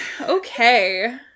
Okay